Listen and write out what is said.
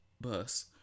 Bus